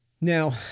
Now